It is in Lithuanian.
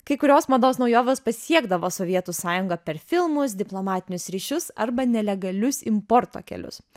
kai kurios mados naujovės pasiekdavo sovietų sąjungą per filmus diplomatinius ryšius arba nelegalius importo kelius